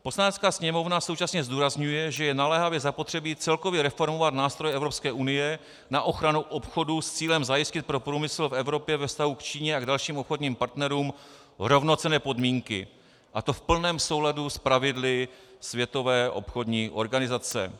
Poslanecká sněmovna současně zdůrazňuje, že je naléhavě zapotřebí celkově reformovat nástroj Evropské unie na ochranu obchodu s cílem zajistit pro průmysl v Evropě ve vztahu k Číně a k dalším obchodním partnerům rovnocenné podmínky, a to v plném souladu s pravidly Světové obchodní organizace.